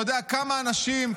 אתה יודע כמה אנשים,